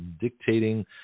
dictating